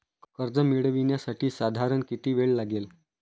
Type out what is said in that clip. कर्ज मिळविण्यासाठी साधारण किती वेळ लागेल?